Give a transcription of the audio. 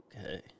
Okay